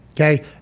okay